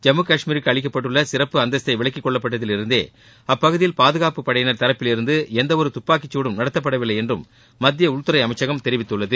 ஜம்மு காஷ்மீருக்கு அளிக்கப்பட்டுள்ள சிறப்பு அந்தஸ்த்து விலக்கிக் கொள்ளப்பட்டதில் இருந்தே அப்பகுதியில் பாதுகாப்புப் படையினர் தரப்பில் இருந்து எந்தவொரு துப்பாக்கிச் சூடும் நடத்தப்படவில்லை என்றும் மத்திய உள்துறை அமைச்சகம் தெரிவித்துள்ளது